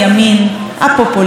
ששש אלי קרב,